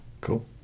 Cool